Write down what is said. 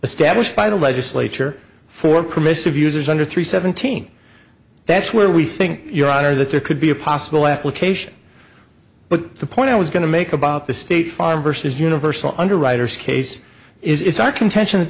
established by the legislature for permissive users under three seventeen that's where we think your honor that there could be a possible application but the point i was going to make about the state farm versus universal underwriters case is our contention that